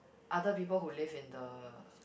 other people who live in the